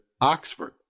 Oxford